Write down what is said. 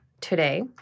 today